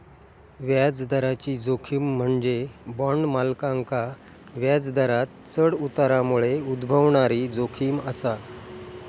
व्याजदराची जोखीम म्हणजे बॉण्ड मालकांका व्याजदरांत चढ उतारामुळे उद्भवणारी जोखीम असा